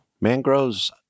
mangroves